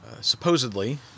supposedly